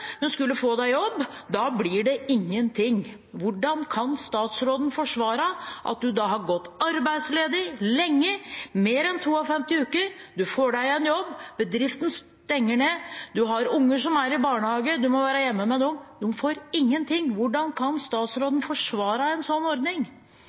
men skulle få deg jobb, blir det ingenting. Hvordan kan statsråden forsvare at når du har gått arbeidsledig lenge – mer enn 52 uker – du får deg en jobb, bedriften stenger ned, du har unger som er i barnehage, og du må være hjemme med dem, får du ingenting? Hvordan kan